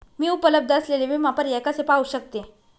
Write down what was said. मी उपलब्ध असलेले विमा पर्याय कसे पाहू शकते?